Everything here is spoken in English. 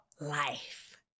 life